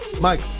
Mike